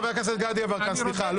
חבר הכנסת גדי יברקן, סליחה, לא.